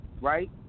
Right